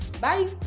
Bye